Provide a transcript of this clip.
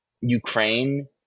Ukraine